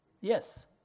Yes